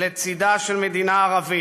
לצידה של מדינה ערבית,